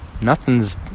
nothing's